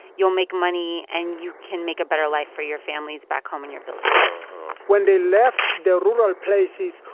you'll make money, and you can make a better life for your families back home in your villages when they left the rural places,